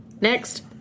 Next